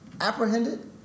apprehended